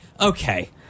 okay